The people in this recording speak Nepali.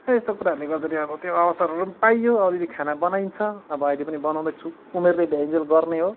र यस्तो कुराहरूले गर्दाखेरि अब त्यो अवसरहरू पनि पाइयो अलिअलि खाना बनाइन्छ अब अहिले पनि बनाउँदैछु उमेरले भ्याइन्जेल गर्ने हो